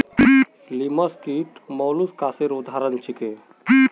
लिमस कीट मौलुसकासेर उदाहरण छीके